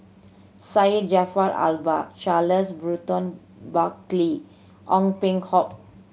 Syed Jaafar Albar Charles Burton Buckley Ong Peng Hock